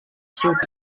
sud